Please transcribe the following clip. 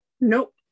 Nope